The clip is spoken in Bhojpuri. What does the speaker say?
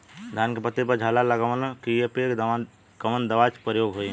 धान के पत्ती पर झाला लगववलन कियेपे कवन दवा प्रयोग होई?